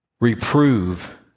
Reprove